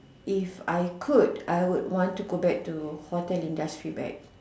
if I could I would want to go back to hotel industry back